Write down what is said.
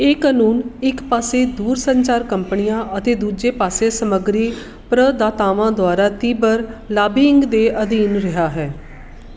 ਇਹ ਕਾਨੂੰਨ ਇੱਕ ਪਾਸੇ ਦੂਰਸੰਚਾਰ ਕੰਪਨੀਆਂ ਅਤੇ ਦੂਜੇ ਪਾਸੇ ਸਮੱਗਰੀ ਪ੍ਰਦਾਤਾਵਾਂ ਦੁਆਰਾ ਤੀਬਰ ਲਾਬੀਇੰਗ ਦੇ ਅਧੀਨ ਰਿਹਾ ਹੈ